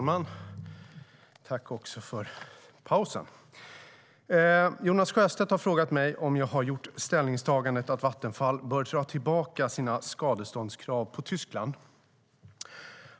Herr talman! Jonas Sjöstedt har frågat mig om jag har gjort ställningstagandet att Vattenfall bör dra tillbaka sina skadeståndskrav på Tyskland.